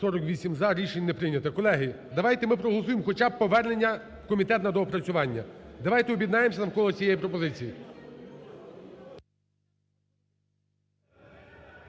За-48 Рішення не прийнято. Колеги, давайте ми проголосуємо хоча б повернення у комітет на доопрацювання. Давайте об'єднаємося навколо цієї пропозиції.